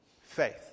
Faith